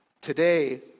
Today